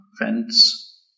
events